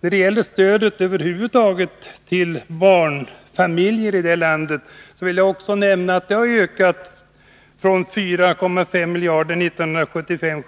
När det gäller stödet över huvud taget till barnfamiljer i det här landet så vill jag nämna att det har ökat från 4,5 miljarder 1975